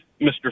Mr